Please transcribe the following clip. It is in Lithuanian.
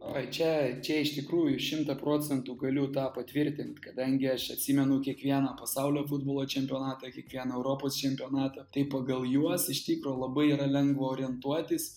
oi čia čia iš tikrųjų šimtą procentų galiu tą patvirtinti kadangi aš atsimenu kiekvieną pasaulio futbolo čempionatą kiekvieną europos čempionatą tai pagal juos iš tikro labai yra lengva orientuotis